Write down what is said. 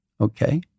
Okay